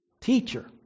Teacher